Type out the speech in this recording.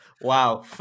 Wow